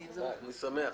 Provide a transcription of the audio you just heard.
אני שמח.